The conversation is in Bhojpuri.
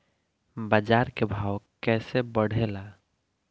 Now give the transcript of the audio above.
बाजार के भाव कैसे बढ़े ला?